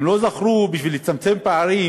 הם לא זכרו, בשביל לצמצם פערים